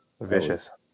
Vicious